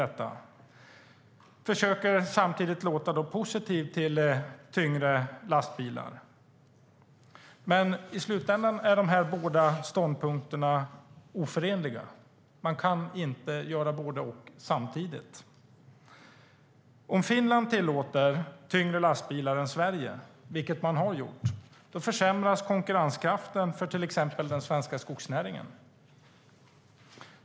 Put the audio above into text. Samtidigt försöker hon låta positiv till tyngre lastbilar. Men i slutänden är dessa båda ståndpunkter oförenliga. Man kan inte göra både och samtidigt. Om Finland tillåter tyngre lastbilar än Sverige, vilket man har gjort, försämras konkurrenskraften för till exempel den svenska skogsnäringen.